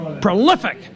Prolific